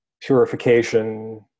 purification